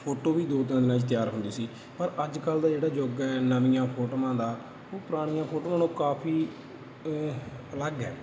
photo ਵੀ ਦੋ ਤਿੰਨ ਦਿਨਾਂ 'ਚ ਤਿਆਰ ਹੁੰਦੀ ਸੀ ਪਰ ਅੱਜ ਕੱਲ ਦਾ ਜਿਹੜਾ ਯੁੱਗ ਹੈ ਨਵੀਆਂ ਫੋਟੋਆਂ ਦਾ ਉਹ ਪੁਰਾਣੀਆਂ ਫੋਟੋਆਂ ਨਾਲੋਂ ਕਾਫੀ ਅਲੱਗ ਹੈ